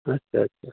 ᱟᱪᱪᱷᱟ ᱟᱪᱪᱷᱟ